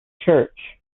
church